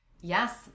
Yes